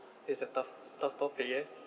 it's a tough tough topic yeah